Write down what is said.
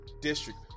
district